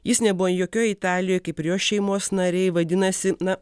jis nebuvo jokioj italijoj kaip ir jo šeimos nariai vadinasi na